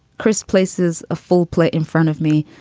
chris places a full plate in front of me,